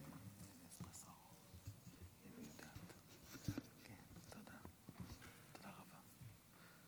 גברתי השרה, חבריי חברי הכנסת